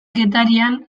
getarian